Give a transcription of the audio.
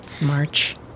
March